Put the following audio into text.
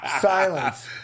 Silence